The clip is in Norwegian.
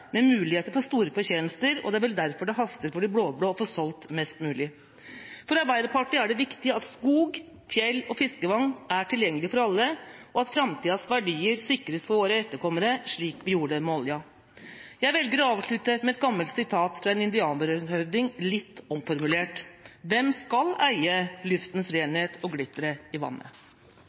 med muligheter for store fortjenester, og det er vel derfor det haster for de blå-blå å få solgt mest mulig. For Arbeiderpartiet er det viktig at skog, fjell og fiskevann er tilgjengelig for alle, og at framtidas verdier sikres for våre etterkommere, slik vi gjorde det med oljen. Jeg velger å avslutte med et gammelt sitat fra en indianerhøvding – litt omformulert: Hvem skal eie luftens renhet og glitteret i vannet?